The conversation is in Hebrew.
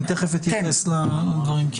אני תכף אתייחס לדברים.